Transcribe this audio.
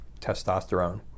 Testosterone